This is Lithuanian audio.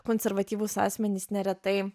konservatyvūs asmenys neretai